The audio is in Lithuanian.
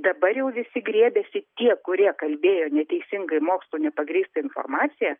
dabar jau visi griebiasi tie kurie kalbėjo neteisingai mokslu nepagrįsta informacija